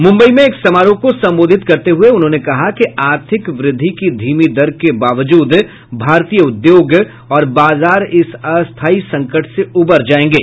मुम्बई में एक समारोह को संबोधित करते हुये उन्होंने कहा कि आर्थिक वृद्धि की धीमी दर के बावजूद भारतीय उद्योग और बाजार इस अस्थायी संकट से उबर जाएंगे